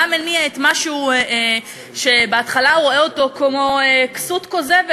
מה מניע את מה שבהתחלה הוא רואה כמו כסות כוזבת.